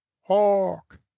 Hawk